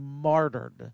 martyred